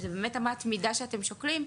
אם זו באמת אמת מידה שאתם שוקלים,